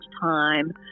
time